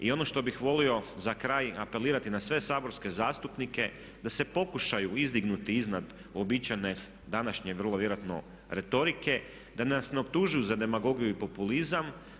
I ono što bih volio za kraj apelirati na sve saborske zastupnike da se pokušaju izdignuti iznad uobičajene današnje vrlo vjerojatno retorike da nas ne optužuju za demagogiju i populizam.